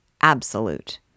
Absolute